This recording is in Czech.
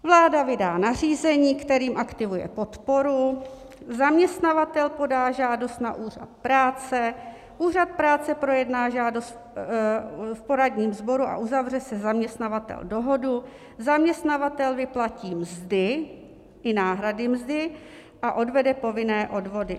Vláda vydá nařízení, kterým aktivuje podporu, zaměstnavatel podá žádost na Úřad práce, Úřad práce projedná žádost v poradním sboru a uzavře se zaměstnavatelem dohodu, zaměstnavatel vyplatí mzdy i náhrady mzdy a odvede povinné odvody.